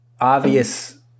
obvious